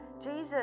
Jesus